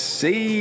see